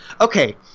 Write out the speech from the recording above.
okay